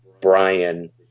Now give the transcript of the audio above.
Brian